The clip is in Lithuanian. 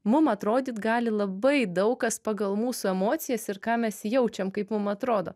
mum atrodyt gali labai daug kas pagal mūsų emocijas ir ką mes jaučiam kaip mum atrodo